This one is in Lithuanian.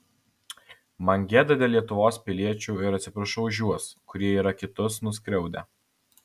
man gėda dėl lietuvos piliečių ir atsiprašau už juos kurie yra kitus nuskriaudę